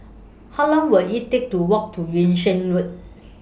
How Long Will IT Take to Walk to Yung Sheng Road